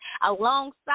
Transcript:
alongside